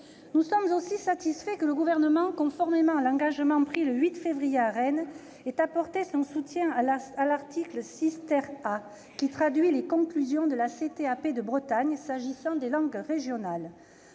Nous sommes aussi satisfaits que le Gouvernement, conformément à l'engagement pris le 8 février à Rennes, ait apporté son soutien à l'article 6 A, qui traduit les conclusions de la conférence territoriale de l'action